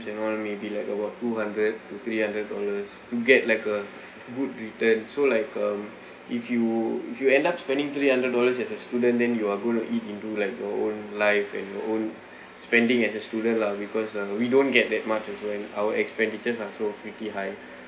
you know maybe like about two hundred to three hundred dollars to get like a good return so like um if you if you end up spending three hundred dollars as a student then you are going to eat into like your own life and your own spending as a student lah because uh we don't get that much as when our expenditures are so pretty high